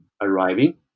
arriving